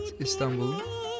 Istanbul